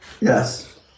Yes